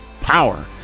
power